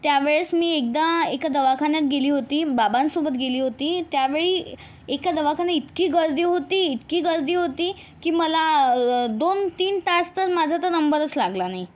त्या वेळेस मी एकदा एका दवाखान्यात गेली होती बाबांसोबत गेली होती त्या वेळी एका दवाखान्यात इतकी गर्दी होती इतकी गर्दी होती की मला दोनतीन तास माझा तर नंबरच लागला नाही